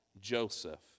Joseph